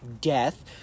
death